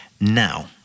Now